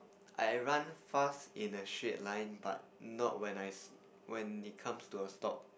I run fast in a straight line but not when I when it comes to a stop